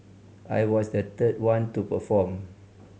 I was the third one to perform